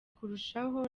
kurushaho